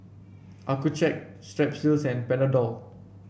Accucheck Strepsils and Panadol